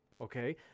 Okay